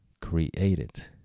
created